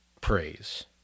praise